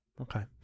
Okay